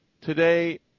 Today